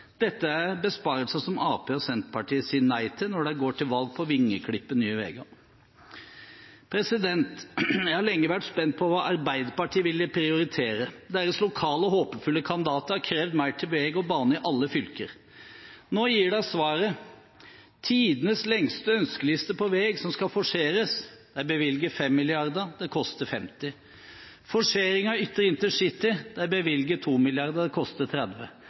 Dette er besparelser som Arbeiderpartiet og Senterpartiet sier nei til, når de går til valg på å vingeklippe Nye Veier. Jeg har lenge vært spent på hva Arbeiderpartiet ville prioritere. Deres lokale, håpefulle kandidater har krevd mer til vei og bane i alle fylker. Nå gir de svaret: Tidenes lengste ønskeliste over vei som skal forseres – de bevilger 5 mrd. kr, det koster 50. Forsering av ytre intercity – de bevilger 2 mrd. kr, det koster 30.